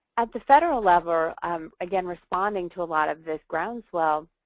at the federal lever um again responding to a lot of this ground flow.